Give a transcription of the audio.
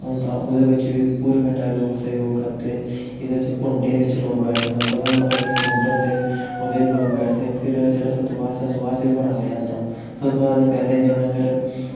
होंदा ओह्दे बिच्च बी पूरे पिंडा दे लोग सैह्जोग करदे एह्दे बिच्च कुंडें बिच्च लोग बैठदे मतलब अग्नी कुंड होंदे ओह्दे च लोक बैठदे फिर जेह्ड़ा सतवाह् सतवाह् च बी बड़ा मज़ा आंदा सतवाह् दे पैह्ले दिन फिर